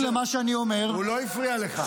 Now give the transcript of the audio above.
שבזמן מלחמה עזבו והפקירו את הכול,